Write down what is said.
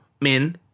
Min